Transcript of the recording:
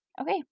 Okay